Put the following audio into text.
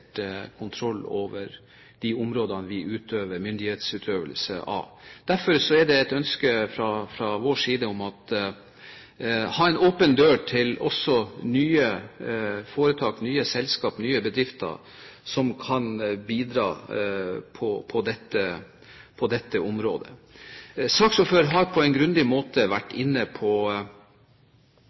over de områdene der vi utøver myndighet. Derfor er det et ønske fra vår side om også å ha en åpen dør til nye foretak, selskaper og bedrifter som kan bidra på dette området. Saksordføreren har på en grundig måte vært inne på